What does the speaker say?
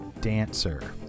Dancer